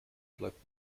bleibt